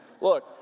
Look